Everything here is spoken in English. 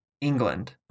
England